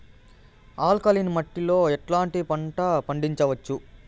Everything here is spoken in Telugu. ఆల్కలీన్ మట్టి లో ఎట్లాంటి పంట పండించవచ్చు,?